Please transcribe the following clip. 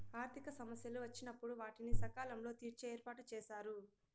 ఆర్థిక సమస్యలు వచ్చినప్పుడు వాటిని సకాలంలో తీర్చే ఏర్పాటుచేశారు